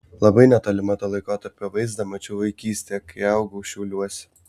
labai netolimą to laikotarpio vaizdą mačiau vaikystėje kai augau šiauliuose